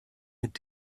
mit